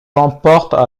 emportent